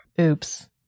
Oops